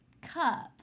cup